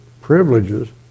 privileges